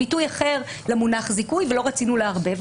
ביטוי אחר למונח זיכוי ולא רצינו לערבב.